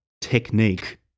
technique